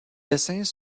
dessins